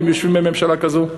והם יושבים בממשלה כזו.